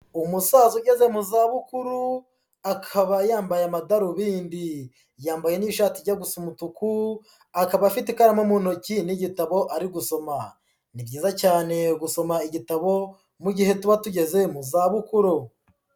Umusaza ugeze mu zabukuru, akaba yambaye amadarubindi. Yambaye n'ishati ijya gusa umutuku, akaba afite ikaramu mu ntoki n'igitabo ari gusoma. Ni byiza cyane gusoma igitabo, mu mugihe tuba tugeze mu zabukuru.